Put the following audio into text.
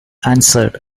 answered